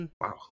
Wow